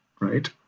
right